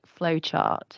flowchart